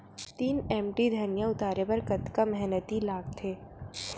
तीन एम.टी धनिया उतारे बर कतका मेहनती लागथे?